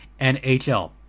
NHL